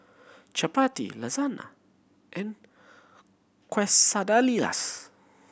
Chapati Lasagna and Quesadillas